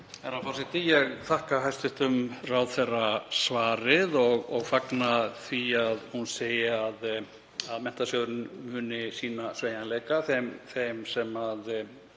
Ég þakka hæstv. ráðherra svarið og fagna því að hún segi að Menntasjóður muni sýna sveigjanleika þeim sem